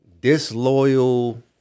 disloyal